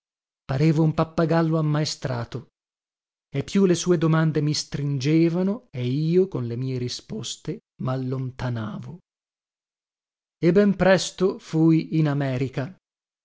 parevo un pappagallo ammaestrato e più le sue domande mi stringevano e io con le mie risposte mallontanavo e ben presto fui in america